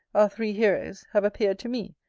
our three heroes, have appeared to me,